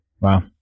Wow